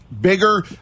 bigger